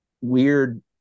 weird